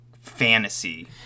fantasy